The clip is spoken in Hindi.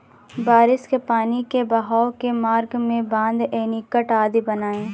बारिश के पानी के बहाव के मार्ग में बाँध, एनीकट आदि बनाए